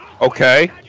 Okay